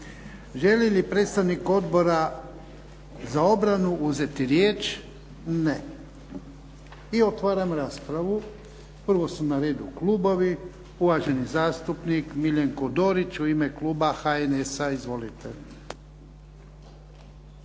Želi li predstavnik Odbora za obranu uzeti riječ? Ne. I otvaram raspravu. Prvo su na redu klubovi. Uvaženi zastupnik Miljenko Dorić u ime kluba HNS-a. Izvolite.